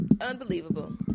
unbelievable